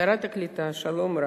שרת הקליטה שלום רב,